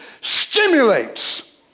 stimulates